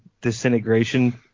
disintegration